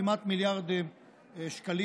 כמעט מיליארד שקלים,